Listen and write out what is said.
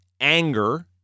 anger